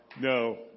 No